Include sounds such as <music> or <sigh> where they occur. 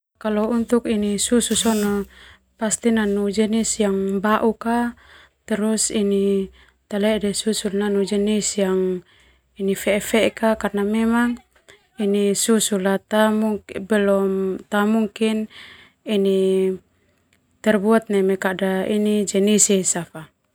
Susu nanu jenis yang bau ka. Karna susu ta mungkin terbuat neme jenis fefeek <hesitation> <unintelligible> esa fa.